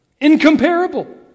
Incomparable